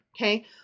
Okay